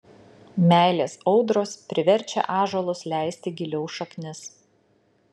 meilės audros priverčia ąžuolus leisti giliau šaknis